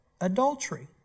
adultery